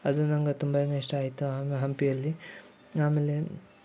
ಅದು ನಂಗೆ ತುಂಬಾ ಇಷ್ಟ ಆಯಿತು ಹಂಪಿಯಲ್ಲಿ ಆಮೇಲೆ